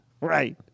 Right